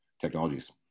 technologies